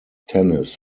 tennis